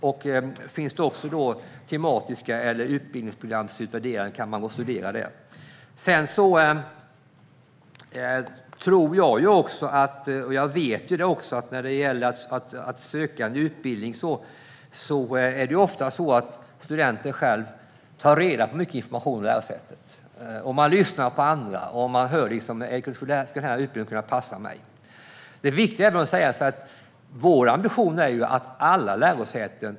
Man kan studera om det finns tematiska utbildningsprogram och utvärderingen av dem. Jag vet att när det gäller att söka till en utbildning tar studenten själv ofta reda på mycket information om lärosätet. Man lyssnar på andra och hör efter om utbildningen skulle kunna passa en själv. Det viktiga är att vår ambition gäller alla lärosäten.